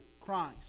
Christ